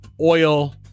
oil